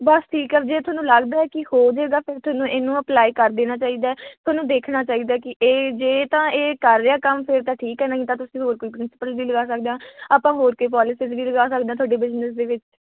ਬਸ ਠੀਕ ਆ ਜੇ ਤੁਹਾਨੂੰ ਲੱਗਦਾ ਕਿ ਹੋ ਜਾਏਗਾ ਫਿਰ ਤੁਹਾਨੂੰ ਇਹਨੂੰ ਅਪਲਾਈ ਕਰ ਦੇਣਾ ਚਾਹੀਦਾ ਤੁਹਾਨੂੰ ਦੇਖਣਾ ਚਾਹੀਦਾ ਕਿ ਇਹ ਜੇ ਤਾਂ ਇਹ ਕਰ ਰਿਹਾ ਕੰਮ ਫਿਰ ਤਾਂ ਠੀਕ ਹੈ ਨਹੀਂ ਤਾਂ ਤੁਸੀਂ ਹੋਰ ਕੋਈ ਪ੍ਰਿੰਸੀਪਲ ਵੀ ਲਗਾ ਸਕਦੇ ਹਾਂ ਆਪਾਂ ਹੋਰ ਕੋਈ ਪੋਲਿਸੀ ਵੀ ਲਗਾ ਸਕਦੇ ਹਾਂ ਤੁਹਾਡੇ ਬਿਜ਼ਨਸ ਦੇ ਵਿੱਚ